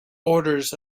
orders